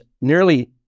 nearly